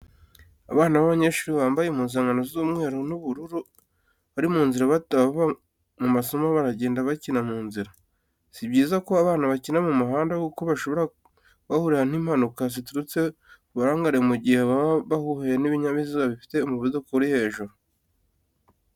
Abana b'abanyeshuri bambaye impuzankano z'umweru n'ubururu bari mu nzira bataha bava mu masomo baragenda bakinira mu nzira, si byiza ko abana bakinira mu muhanda kuko bashobora kuhahurira n'impanuka ziturutse ku burangare mu gihe baba bahuye n'ibinyabiziga bifite umuvuduko uri hejuru.